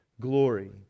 glory